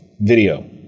video